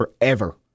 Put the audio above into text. forever